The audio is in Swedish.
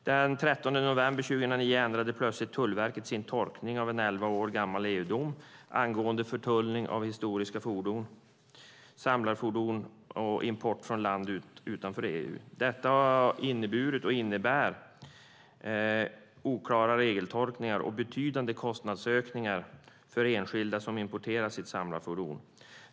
Den 13 november 2009 ändrade plötsligt Tullverket sin tolkning av en elva år gammal EU-dom angående förtullning av historiska fordon, samlarfordon och import från land utanför EU. Detta har inneburit och innebär oklara regeltolkningar och betydande kostnadsökningar för enskilda som importerar sitt samlarfordon.